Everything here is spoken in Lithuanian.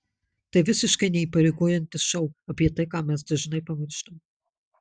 tai visiškai neįpareigojantis šou apie tai ką mes dažnai pamirštam